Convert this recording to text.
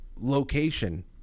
location